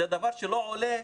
זה דבר שלא עולה.